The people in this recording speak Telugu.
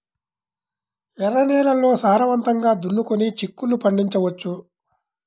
ఎర్ర నేలల్లో సారవంతంగా దున్నుకొని చిక్కుళ్ళు పండించవచ్చు